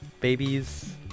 babies